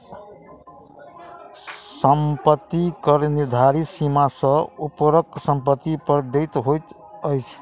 सम्पत्ति कर निर्धारित सीमा सॅ ऊपरक सम्पत्ति पर देय होइत छै